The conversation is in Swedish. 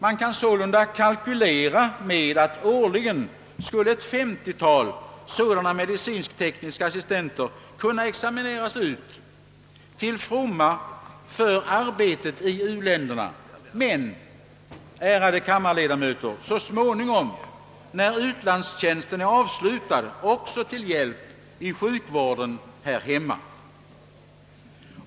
Man kan sålunda kalkylera med att årligen ett 50-tal medicinskt-tekniska assistenter skulle kunna utexamineras, till fromma för arbetet i u-länderna, men, ärade kammarledamöter, så småningom när ulandstjänsten är avslutad också till hjälp i sjukvården här hemma.